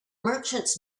merchants